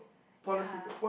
ya